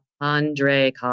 Andre